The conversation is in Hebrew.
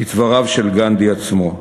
כדבריו של גנדי עצמו: